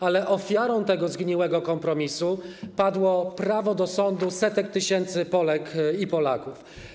Ale ofiarą tego zgniłego kompromisu padło prawo do sądu setek tysięcy Polek i Polaków.